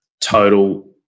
total